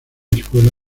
escuela